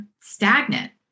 stagnant